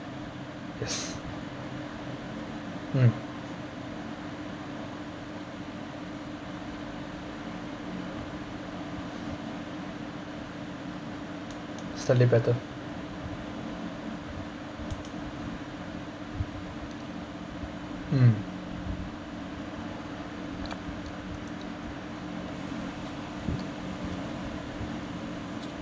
yes mm better mm